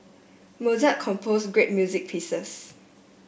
Mozart compose great music pieces